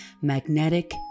magnetic